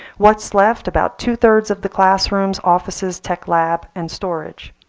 what's left? about two thirds of the classrooms, offices, tech lab, and storage.